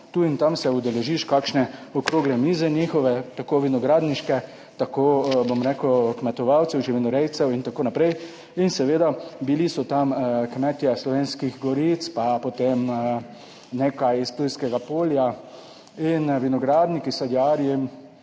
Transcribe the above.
tu in tam se udeležiš kakšne okrogle mize njihove, tako vinogradniške, tako bom rekel, kmetovalcev, živinorejcev in tako naprej. In seveda bili so tam kmetje Slovenskih goric, pa potem nekaj iz Ptujskega polja in vinogradniki, sadjarji,